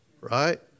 right